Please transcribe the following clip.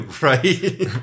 Right